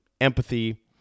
empathy